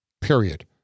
period